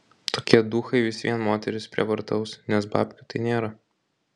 tokie duchai vis vien moteris prievartaus nes babkių tai nėra